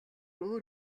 өөр